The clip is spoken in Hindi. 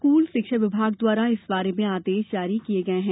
स्कूल शिक्षा विभाग द्वारा इस बारे में आदेश जारी किया गया है